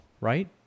right